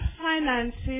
finances